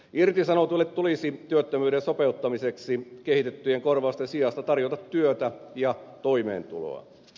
irtisanotuille tulisi työttömyyteen sopeutumiseksi kehitettyjen korvausten sijasta tarjota työtä ja toimeentuloa